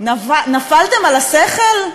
נפלתם על השכל?